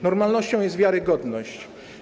Normalnością jest wiarygodność.